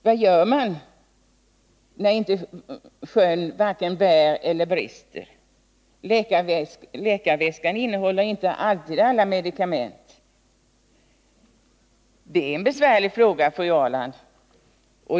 Vad gör man när sjön varken bär eller brister? Läkarväskan innehåller inte alla medikamenter. Det är en besvärlig fråga, fru Ahrland.